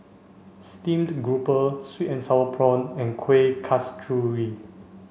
steamed grouper sweet and sour prawn and Kueh Kasturi